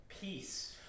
Peace